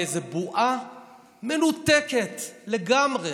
באיזו בועה מנותקת לגמרי